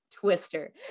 twister